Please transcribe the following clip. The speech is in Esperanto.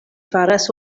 faras